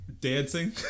Dancing